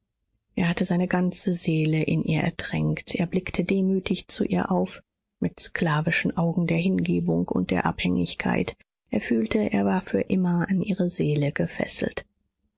er hatte seine ganze seele in ihr ertränkt er blickte demütig zu ihr auf mit sklavischen augen der hingebung und der abhängigkeit er fühlte er war für immer an ihre seele gefesselt